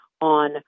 On